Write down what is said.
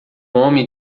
homem